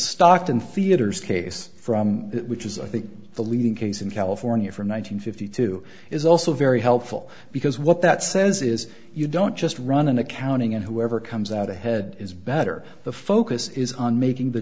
stockton theatres case from it which is i think the leading case in california from one nine hundred fifty two is also very helpful because what that says is you don't just run an accounting and whoever comes out ahead is better the focus is on making the